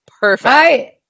Perfect